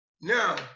Now